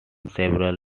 several